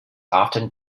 often